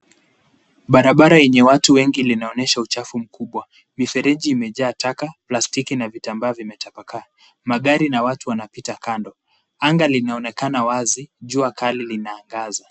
Barabara yenye watu wengi linaonyesha uchafu mkubwa. Mifereji imejaa taka, plastiki na vitambaa vimetapakaa. Magari na watu wanapita kando. Anga linaonekana wazi ,jua kali linaangaza.